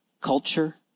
culture